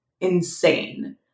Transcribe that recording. insane